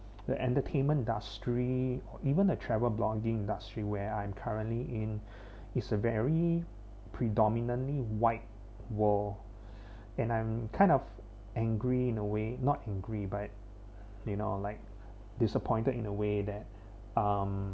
the entertainment industry or even a travel blogging industry where I'm currently in is a very predominantly white world and I'm kind of angry in a way not angry but you know like disappointed in a way that um